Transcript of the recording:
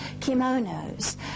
kimonos